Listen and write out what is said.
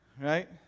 Right